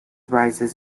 rises